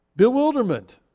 bewilderment